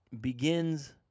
begins –